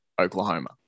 Oklahoma